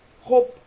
hope